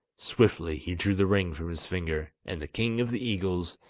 swiftly he drew the ring from his finger, and the king of the eagles,